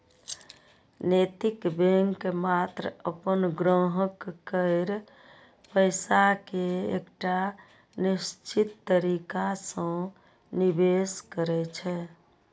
नैतिक बैंक मात्र अपन ग्राहक केर पैसा कें एकटा निश्चित तरीका सं निवेश करै छै